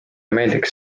meeldiks